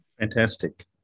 Fantastic